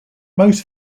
most